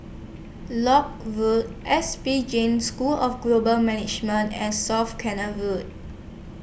Lock Road S P Jain School of Global Management and South Canal Road